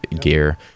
gear